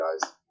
guys